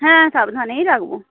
হ্যাঁ সাবধানেই রাখব